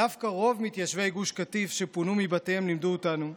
דווקא רוב מתיישבי גוש קטיף שפונו מבתיהם לימדו אותנו: